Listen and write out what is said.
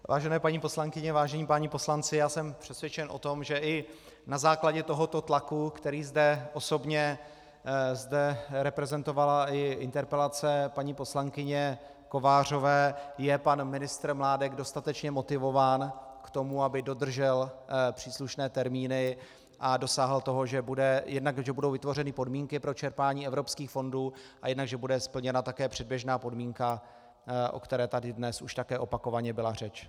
Vážené paní poslankyně, vážení páni poslanci, já jsem přesvědčen o tom, že i na základě tohoto tlaku, který zde osobně reprezentovala i interpelace paní poslankyně Kovářové, je pan ministr Mládek dostatečně motivován k tomu, aby dodržel příslušné termíny a dosáhl toho, že budou jednak vytvořeny podmínky pro čerpání evropských fondů a jednak že bude splněna také předběžná podmínka, o které tady také dnes už také opakovaně byla řeč.